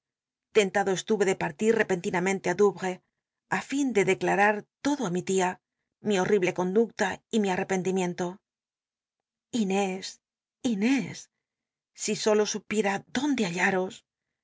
estu e de partir rcpenlinamenlc i dou r es á fin de declarar todo á mi tia mi hortible conduela y mi arrepentimiento lné inés i si solo supiertt donde ha